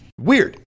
Weird